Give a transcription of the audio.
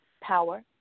Power